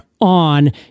on